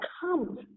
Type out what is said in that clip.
come